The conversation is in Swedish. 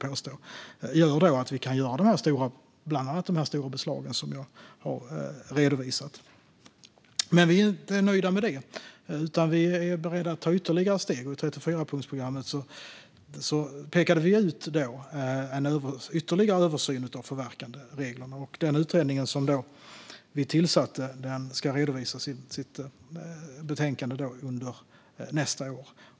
Det gör att vi bland annat kan göra de stora beslag jag har redovisat. Vi är dock inte nöjda med det, utan vi är beredda att ta ytterligare steg. I 34-punktsprogrammet pekade vi ut en ytterligare översyn av förverkandereglerna, och den utredning vi då tillsatte ska redovisa sitt betänkande under nästa år.